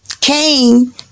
Cain